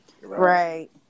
Right